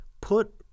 put